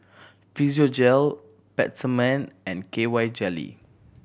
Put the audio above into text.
Physiogel Peptamen and K Y Jelly